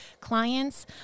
clients